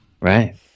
Right